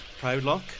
Proudlock